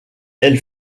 elle